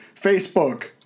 Facebook